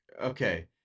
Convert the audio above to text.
Okay